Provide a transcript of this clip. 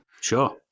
Sure